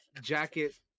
jacket